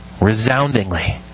resoundingly